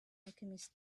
alchemist